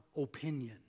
opinion